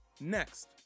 Next